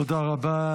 תודה רבה.